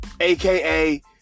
aka